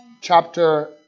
chapter